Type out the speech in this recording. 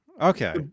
Okay